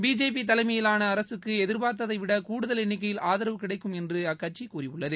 BJP தலைமையிலாள அரசுக்கு எதிர்பார்த்ததைவிட கூடுதல் எண்ணிக்கையில் ஆதரவு கிடைக்கும் என்று அக்கட்சி கூறியுள்ளது